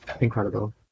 incredible